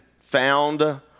found